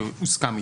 שהוסכם איתנו.